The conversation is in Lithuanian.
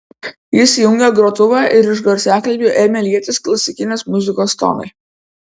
jis įjungė grotuvą ir iš garsiakalbių ėmė lietis klasikinės muzikos tonai